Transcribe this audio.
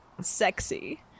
Sexy